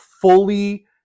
fully